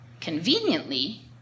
Conveniently